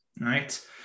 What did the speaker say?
right